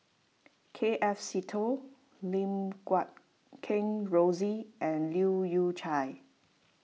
K F Seetoh Lim Guat Kheng Rosie and Leu Yew Chye